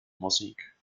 musik